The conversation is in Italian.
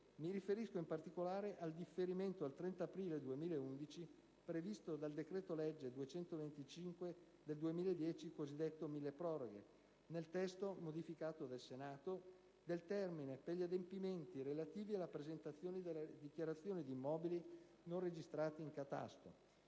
Mi riferisco, in particolare, al differimento al 30 aprile 2011 - previsto dal decreto-legge 30 dicembre 2010, n. 225 (cosiddetto decreto milleproroghe) nel testo modificato dal Senato - del termine per gli adempimenti relativi alla presentazione delle dichiarazioni di immobili non registrati in catasto.